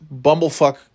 bumblefuck